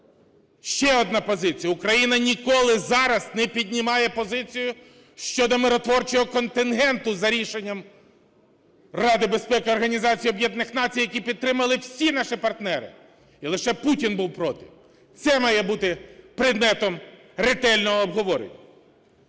Ще одна позиція. Україна ніколи зараз не піднімає позицію щодо миротворчого контингенту, за рішенням Ради Безпеки Організації Об'єднаних Націй, яку підтримали всі наші партнери. І лише Путін був проти. Це має бути предметом ретельного обговорення.